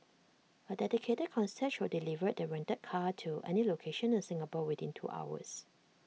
A dedicated concierge will deliver the rented car to any location in Singapore within two hours